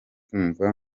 nkumva